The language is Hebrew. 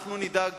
ואנחנו נדאג